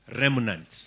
Remnants